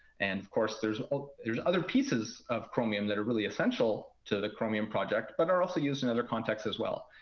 and of course, there's there's other pieces of chromium that are really essential to the chromium project, but are also used in other contexts as well.